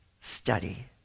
study